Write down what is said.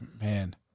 man